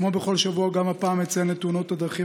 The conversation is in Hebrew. כמו בכל שבוע גם הפעם אציין את תאונות הדרכים